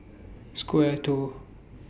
Square two